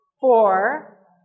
four